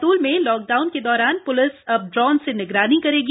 बैत्ल में लॉकडाउन के दौरान पुलिस अब ड्रोन से निगरानी करेगी